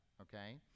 Okay